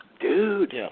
Dude